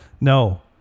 No